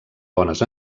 bones